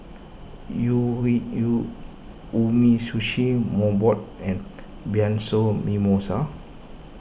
u we u Umisushi Mobot and Bianco Mimosa